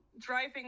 driving